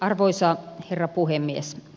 arvoisa herra puhemies